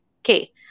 Okay